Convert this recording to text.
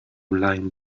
lying